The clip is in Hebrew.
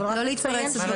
לא להתפרץ.